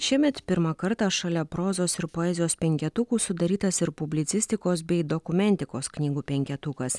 šiemet pirmą kartą šalia prozos ir poezijos penketukų sudarytas ir publicistikos bei dokumentikos knygų penketukas